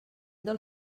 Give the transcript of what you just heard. del